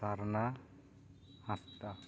ᱥᱟᱨᱱᱟ ᱦᱟᱸᱥᱫᱟ